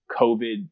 COVID